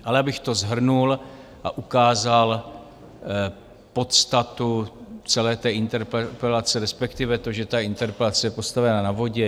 Ale abych to shrnul a ukázal podstatu celé té interpelace, respektive to, že ta interpelace je postavena na vodě.